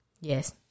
Yes